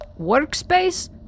workspace